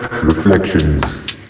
Reflections